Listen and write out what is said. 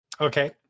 Okay